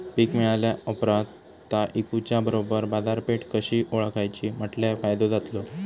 पीक मिळाल्या ऑप्रात ता इकुच्या बरोबर बाजारपेठ कशी ओळखाची म्हटल्या फायदो जातलो?